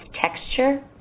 texture